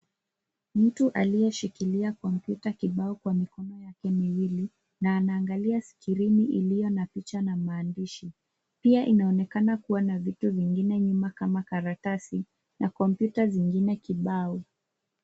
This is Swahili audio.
Mtu aliyeshikilia kompyuta kibao kwa mikono yake miwili na anaangalia skrini iliyo na picha na maandishi. Pia inaonekana kuwa na vitu vingine nyuma kama karatasi na kompyuta zingine kibao.